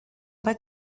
pas